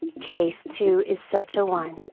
case two is such a one,